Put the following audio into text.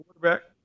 quarterback